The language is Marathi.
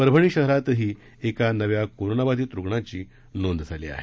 परभणी शहरातही एका नव्या कोरोनाबाधित रुग्णाची नोंद झाली आहे